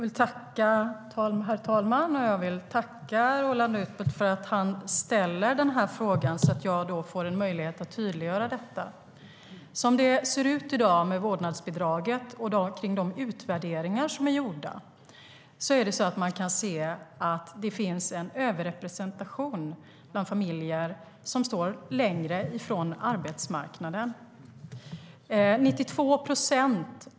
Herr talman! Jag till tacka Roland Utbult för att han ställer frågan så att jag får en möjlighet att tydliggöra detta. Som det ser ut i dag med vårdnadsbidraget i de utvärderingar som är gjorda kan man se att det finns en överrepresentation bland familjer som står längre från arbetsmarknaden.